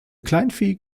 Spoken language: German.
kleinvieh